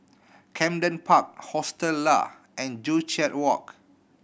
Camden Park Hostel Lah and Joo Chiat Walk